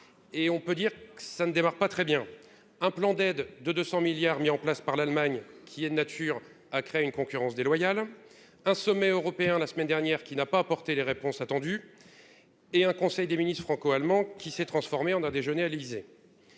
et on peut dire que ça ne démarre pas très bien, un plan d'aide de 200 milliards mis en place par l'Allemagne qui est de nature à créer une concurrence déloyale, un sommet européen la semaine dernière qu'il n'a pas apporté les réponses attendues et un conseil des ministres franco-allemand qui s'est transformé en un déjeuner à l'Élysée,